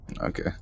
okay